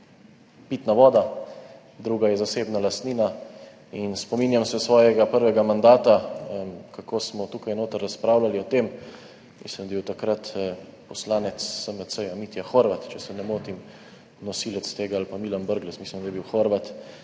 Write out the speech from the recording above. pitna voda, druga je zasebna lastnina. Spominjam se svojega prvega mandata, kako smo tukaj notri razpravljali o tem, mislim, da je bil takrat nosilec tega poslanec SMC Mitja Horvat, če se ne motim, ali pa Milan Brglez, mislim, da je bil Horvat,